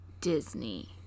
Disney